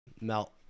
melt